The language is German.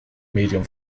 medium